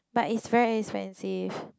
but is very expensive